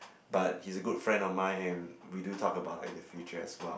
but he's a good friend of mine and we do talk about like the future as well